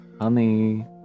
honey